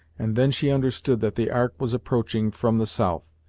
and then she understood that the ark was approaching from the south,